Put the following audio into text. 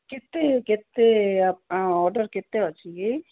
କେତେ କେତେ ଅର୍ଡର କେତେ ଅଛି କି